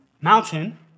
mountain